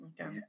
Okay